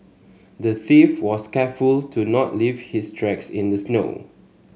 the thief was careful to not leave his tracks in the snow